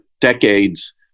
decades